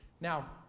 Now